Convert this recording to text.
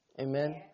Amen